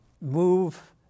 move